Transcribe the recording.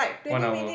one hour